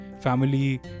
family